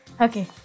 Okay